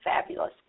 fabulous